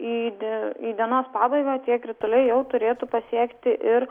į de į dienos pabaigą tie krituliai jau turėtų pasiekti ir